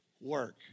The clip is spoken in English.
work